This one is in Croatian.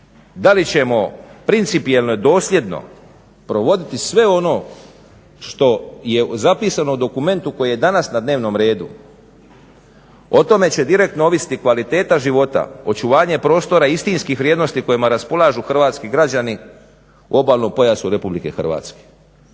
Da li ćemo principijelno i dosljedno provoditi sve ono što je zapisano u dokumentu koji je danas na dnevnom redu, o tome će direktno ovisiti kvaliteta života, očuvanje prostora istinskih vrijednosti kojima raspolažu hrvatski građani u obalnom pojasu Republike Hrvatske.